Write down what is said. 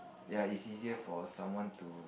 ya it's easier for someone to